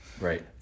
Right